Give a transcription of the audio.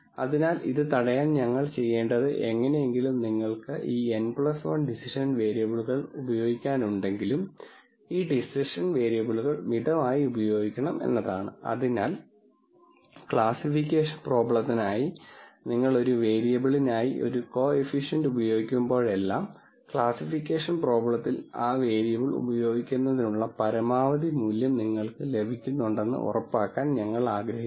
അതിനാൽ ഇത് തടയാൻ ഞങ്ങൾ ചെയ്യേണ്ടത് എങ്ങനെയെങ്കിലും നിങ്ങൾക്ക് ഈ n 1 ഡിസിഷൻ വേരിയബിളുകൾ ഉപയോഗിക്കാൻ ഉണ്ടെങ്കിലും ഈ ഡിസിഷൻ വേരിയബിളുകൾ മിതമായി ഉപയോഗിക്കണം അതിനാൽ ക്ലാസ്സിഫിക്കേഷൻ പ്രോബ്ലത്തിനായി നിങ്ങൾ ഒരു വേരിയബിളിനായി ഒരു കോഫിഫിഷ്യന്റ് ഉപയോഗിക്കുമ്പോഴെല്ലാം ക്ലാസ്സിഫിക്കേഷൻ പ്രോബ്ലത്തിൽ ആ വേരിയബിൾ ഉപയോഗിക്കുന്നതിനുള്ള പരമാവധി മൂല്യം നിങ്ങൾക്ക് ലഭിക്കുന്നുണ്ടെന്ന് ഉറപ്പാക്കാൻ ഞങ്ങൾ ആഗ്രഹിക്കുന്നു